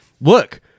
Look